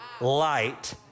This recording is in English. light